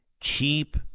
keep